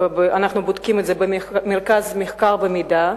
נבדק במרכז המחקר והמידע,